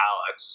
Alex